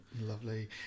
Lovely